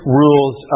rules